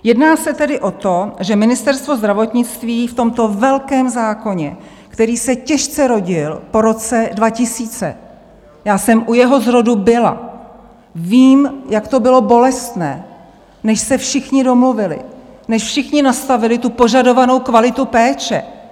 Jedná se tedy o to, že Ministerstvo zdravotnictví v tomto velkém zákoně, který se těžce rodil po roce 2000 já jsem u jeho zrodu byla, vím, jak to bylo bolestné, než se všichni domluvili, než všichni nastavili požadovanou kvalitu péče.